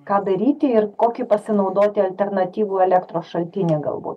ką daryti ir kokį pasinaudoti alternatyvų elektros šaltinį galbūt